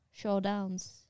showdowns